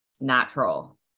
natural